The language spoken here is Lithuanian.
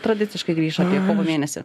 tradiciškai grįš apie mėnesį